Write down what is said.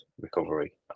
recovery